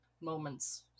Moments